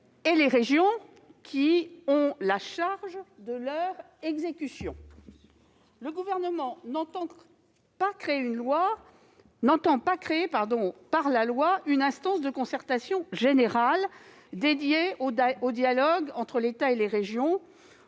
et les régions, qui ont la charge de leur exécution. Le Gouvernement n'entend pas créer par la loi une instance de concertation générale dédiée au dialogue entre l'État et les régions.